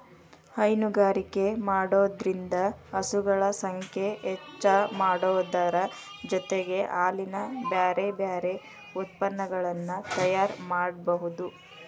ಹೈನುಗಾರಿಕೆ ಮಾಡೋದ್ರಿಂದ ಹಸುಗಳ ಸಂಖ್ಯೆ ಹೆಚ್ಚಾಮಾಡೋದರ ಜೊತೆಗೆ ಹಾಲಿನ ಬ್ಯಾರಬ್ಯಾರೇ ಉತ್ಪನಗಳನ್ನ ತಯಾರ್ ಮಾಡ್ಬಹುದು